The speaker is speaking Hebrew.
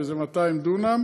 וזה 200 דונם,